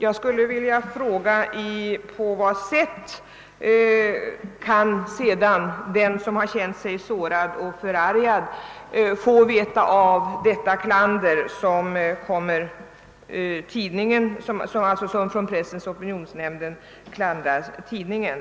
Jag skulle emellertid vilja fråga, på vad sätt den som har känt sig sårad eller förargad får kännedom om detta klander som Pressens opinionsnämnd riktar mot tidningen.